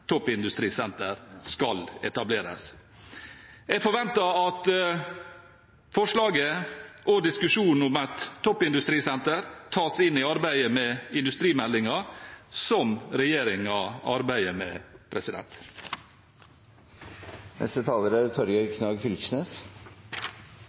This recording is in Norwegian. toppindustrisenter skal etableres. Jeg forventer at forslaget og diskusjonen om et toppindustrisenter tas inn i arbeidet med industrimeldingen som regjeringen arbeider med.